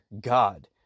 God